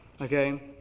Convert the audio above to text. okay